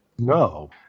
No